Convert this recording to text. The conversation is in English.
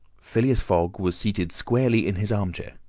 phileas fogg was seated squarely in his armchair,